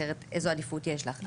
אחרת איזה עדיפות יש לך?